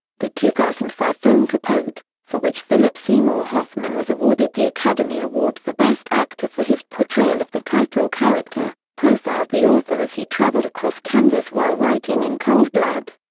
the two thousand and five film capote, for which philip seymour hoffman was awarded the academy award for best actor for his portrayal of the title character, profiled the author as he traveled across kansas while writing in cold blood.